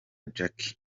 jackie